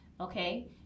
Okay